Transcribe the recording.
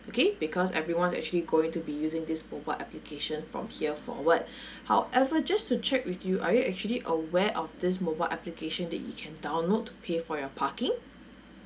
okay because everyone actually going to be using this mobile application from here forward however just to check with you are you actually aware of this mobile application that you can download to pay for your parking